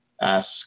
Ask